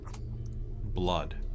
blood